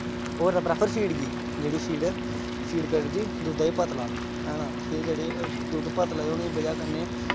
ओह् करदा फ्रफैर फीट गी जेह्ड़ी फीड शीट करदी दुद्धा गी पतला है ना फ्ही जेह्ड़ा दुद्ध पतला होने दी बजह् कन्नै